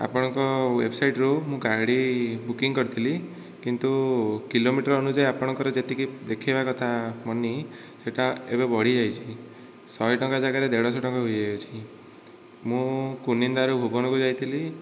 ଆପଣଙ୍କ website ରୁ ମୁଁ ଗାଡ଼ି ବୁକିଂ କରିଥିଲି କିନ୍ତୁ କିଲୋମିଟର ଅନୁଯାୟୀ ଅପଙ୍କର ଯେତିକି ଦେଖେଇବା କଥା ମନି ସେଇଟା ଏବେ ବଢ଼ିଯାଇଛି ଶହେ ଟଙ୍କା ଜାଗାରେ ଦେଢ଼ଶହ ଟଙ୍କା ହୋଇଯାଇଛି ମୁଁ କୁନିନ୍ଦା ରୁ ଭୁବନକୁ ଯାଇଥିଲି